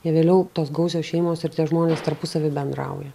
jie vėliau tos gausios šeimos ir tie žmonės tarpusavy bendrauja